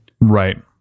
Right